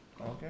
Okay